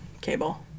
cable